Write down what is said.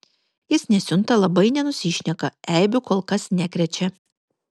jis nesiunta labai nenusišneka eibių kol kas nekrečia